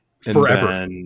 Forever